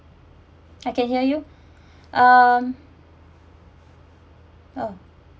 I can hear you um oh